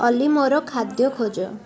ଅଲି ମୋର ଖାଦ୍ୟ ଖୋଜ